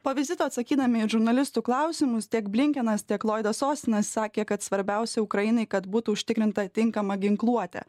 po vizito atsakydami į žurnalistų klausimus tiek blinkenas tiek loidas ostinas sakė kad svarbiausia ukrainai kad būtų užtikrinta tinkama ginkluotė